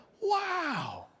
wow